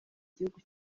gihugu